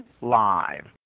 live